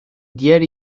diğer